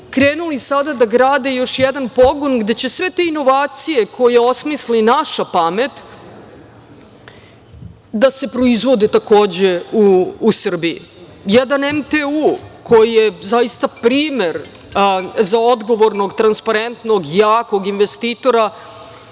krenuli sada da grade još jedan pogon, gde će sve te inovacije koje osmisli naša pamet da se proizvode, takođe, u Srbiji. Jedan MTU je zaista primer za odgovornog, transparentnog, jakog investitora,